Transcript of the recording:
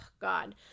God